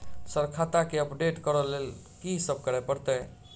Sir खाता केँ update करऽ लेल की सब करै परतै?